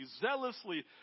zealously